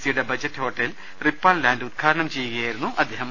C യുടെ budget hotel റിപ്പാൾ ലാൻഡ് ഉദ്ഘാടനം ചെയ്യുകയായിരുന്നു മന്ത്രി